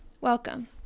Welcome